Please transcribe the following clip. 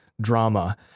drama